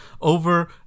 over